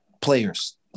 players